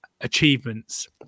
achievements